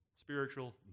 spiritual